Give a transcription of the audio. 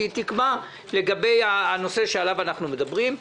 שהיא תקבע לגבי הנושא שעליו אנחנו מדברים.